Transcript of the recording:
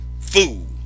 fool